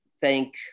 thank